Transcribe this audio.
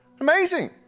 Amazing